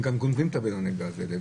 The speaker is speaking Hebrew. הם גם גונבים את בלוני הגז האלה.